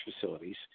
facilities